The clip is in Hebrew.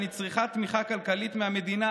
כשאני צריכה תמיכה כלכלית מהמדינה,